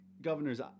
Governor's